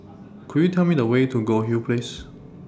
Could YOU Tell Me The Way to Goldhill Place